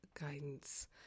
guidance